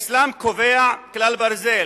האסלאם קובע כלל ברזל: